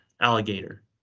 alligator